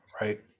right